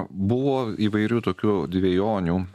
buvo įvairių tokių dvejonių